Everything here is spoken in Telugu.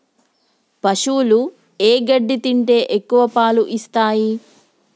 పశువులు ఏ గడ్డి తింటే ఎక్కువ పాలు ఇస్తాయి?